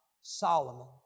Solomon